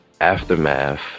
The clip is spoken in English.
aftermath